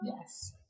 Yes